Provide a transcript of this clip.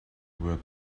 were